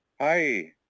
Hi